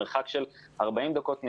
מרחק של 40 דקות נסיעה.